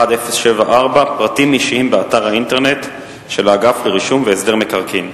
שאילתא 1704: פרטים אישיים באתר האינטרנט של האגף לרישום והסדר מקרקעין.